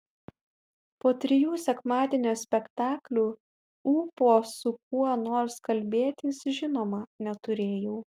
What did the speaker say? po trijų sekmadienio spektaklių ūpo su kuo nors kalbėtis žinoma neturėjau